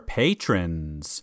patrons